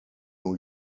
new